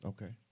Okay